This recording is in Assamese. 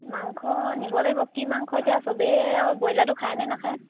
মাংস নিব লাগিব কি মাংস এতিয়া সবেই আৰু ব্ৰইলাৰটো খায়নে নাখায়